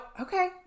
okay